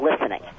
listening